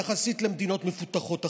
יחסית למדינות מפותחות אחרות.